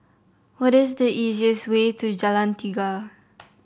what is the easiest way to Jalan Tiga